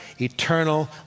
eternal